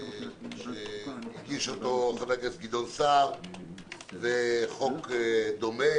שהגיש חבר הכנסת גדעון סער וחוק דומה